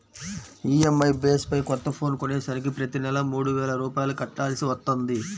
EMI base పై కొత్త phone కొనేసరికి ప్రతి నెలా మూడు వేల రూపాయలు కట్టాల్సి వత్తంది